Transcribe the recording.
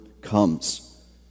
comes